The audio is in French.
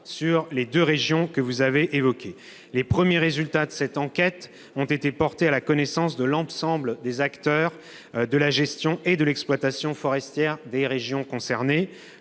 sur les deux régions que vous avez évoquées. Les premiers résultats de cette enquête ont été portés à la connaissance de l'ensemble des acteurs de la gestion et de l'exploitation forestière des régions concernées.